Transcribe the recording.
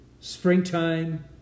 springtime